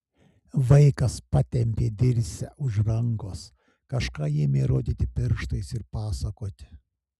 vaikas patempė dirsę už rankos kažką ėmė rodyti pirštais ir pasakoti